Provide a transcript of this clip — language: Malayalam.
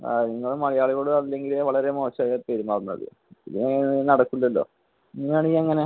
ആ നിങ്ങൾ മലയാളികളോട് അല്ലെങ്കിലേ വളരെ മോശമായാണ് പെരുമാറുന്നത് ഇതിങ്ങനെ നടക്കില്ലല്ലോ ഇങ്ങനെ ആണെങ്കിൽ എങ്ങനെ